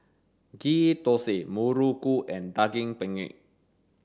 ghee thosai muruku and daging penyet